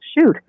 shoot